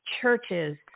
churches